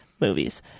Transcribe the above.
movies